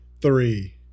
Three